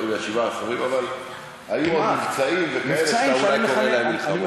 אבל היו עוד מבצעים וכאלה שאתה אולי קורא להם מלחמות.